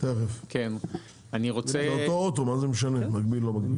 זה אותו אוטו, מה זה משנה מקביל או לא מקביל.